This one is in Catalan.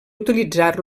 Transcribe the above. utilitzar